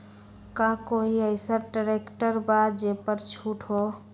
का कोइ अईसन ट्रैक्टर बा जे पर छूट हो?